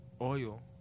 oil